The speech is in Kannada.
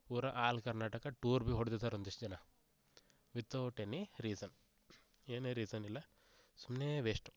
ಪೂರ ಆಲ್ ಕರ್ನಾಟಕ ಟೂರ್ ಬಿ ಹೊಡ್ದಿದ್ದಾರೆ ಒಂದಿಷ್ಟು ಜನ ವಿತ್ ಔಟ್ ಎನಿ ರೀಸನ್ ಏನೇ ರೀಸನ್ ಇಲ್ಲ ಸುಮ್ಮನೆ ವೇಷ್ಟು